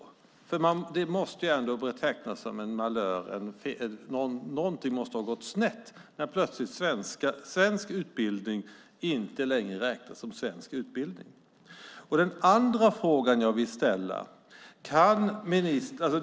Det måste ju räknas som en malör. Någonting måste ha gått snett när svensk utbildning plötsligt inte längre räknas som svensk utbildning. Jag vill också ställa en annan fråga.